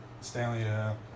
Stanley